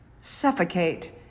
suffocate